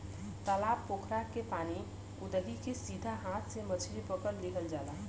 तालाब पोखरा के पानी उदही के सीधा हाथ से मछरी पकड़ लिहल जाला